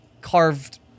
carved